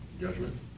Judgment